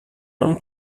não